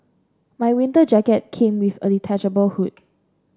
my winter jacket came with a detachable hood